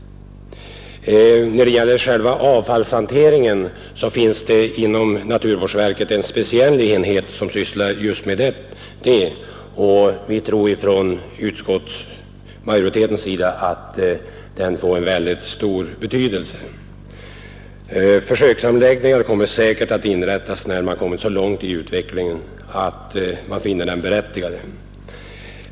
Beträffande själva avfallshanteringen vill jag hänvisa till att det inom naturvårdsverket finns en speciell enhet för detta ändamål. Vi tror inom utskottet att den skall få en mycket stor betydelse. Försöksanläggningar kommer säkert att inrättas, när man hunnit så långt i utvecklingen att man finner dem berättigade.